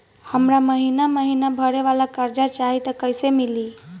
हमरा महिना महीना भरे वाला कर्जा चाही त कईसे मिली?